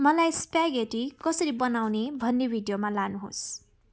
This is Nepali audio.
मलाई स्प्याघेटी कसरी बनाउने भन्ने भिडियोमा लानुहोस्